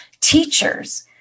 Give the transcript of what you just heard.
teachers